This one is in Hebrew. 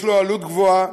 יש לו עלות גבוהה,